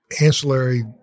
ancillary